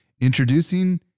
Introducing